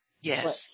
Yes